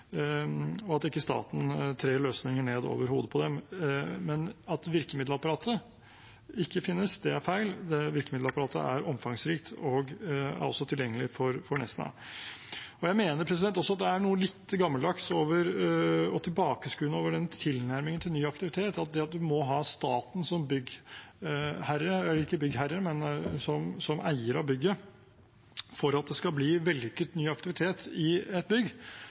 og at ikke staten trær løsninger ned over hodet på en. At virkemiddelapparatet ikke finnes, er feil. Det virkemiddelapparatet er omfangsrikt og tilgjengelig for Nesna. Jeg mener det er noe litt gammeldags og tilbakeskuende over den tilnærmingen til ny aktivitet, at man må ha staten som eier av bygget for at det skal bli vellykket ny aktivitet i et bygg.